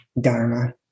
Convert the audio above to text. Dharma